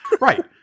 Right